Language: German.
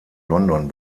london